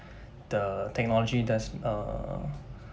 the technology does uh